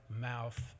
mouth